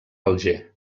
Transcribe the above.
alger